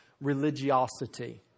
religiosity